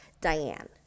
Diane